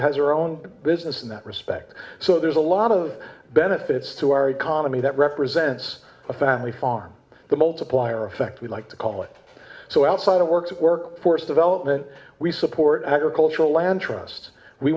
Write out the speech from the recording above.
has her own business in that respect so there's a lot of benefits to our economy that represents a family farm the multiplier effect we like to call it so outside of work workforce development we support agricultural land trust we